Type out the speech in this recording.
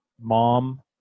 mom